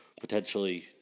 potentially